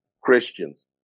Christians